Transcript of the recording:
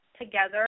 together